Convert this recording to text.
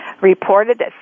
reported